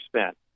spent